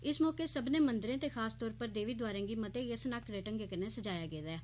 इस मौके सब्बनें मंदरें ते खासतौर पर देवी द्वारे गी मते गै स्नाकड़े ढंगै कन्नै सजाया गेदा ऐ